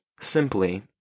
simply